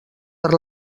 per